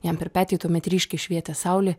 jam per petį tuomet ryškiai švietė saulė